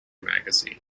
magazine